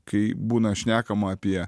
kai būna šnekama apie